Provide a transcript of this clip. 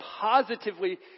positively